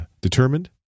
determined